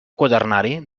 quaternari